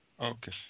Okay